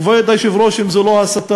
כבוד היושב-ראש, אם זו לא הסתה,